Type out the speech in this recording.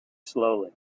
slowly